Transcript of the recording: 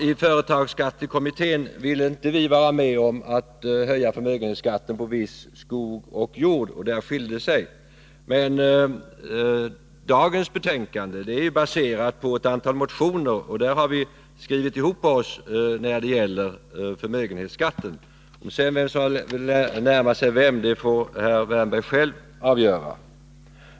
I företagsskattekommittén ville inte vi vara med om att höja förmögenhetsskatten på viss skog 39 och jord, och där skilde det sig, men dagens betänkande är baserat på ett antal motioner, och där har vi skrivit ihop oss när det gäller förmögenhetsskatten. Vem som har närmat sig vem får herr Wärnberg själv avgöra.